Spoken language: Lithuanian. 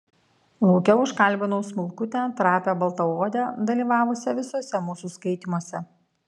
lauke užkalbinau smulkutę trapią baltaodę dalyvavusią visuose mūsų skaitymuose